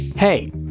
Hey